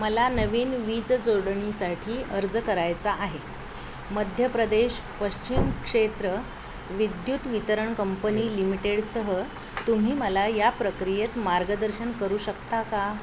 मला नवीन वीज जोडणीसाठी अर्ज करायचा आहे मध्य प्रदेश पश्चिम क्षेत्र विद्युत वितरण कंपनी लिमिटेडसह तुम्ही मला या प्रक्रियेत मार्गदर्शन करू शकता का